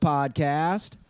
Podcast